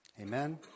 Amen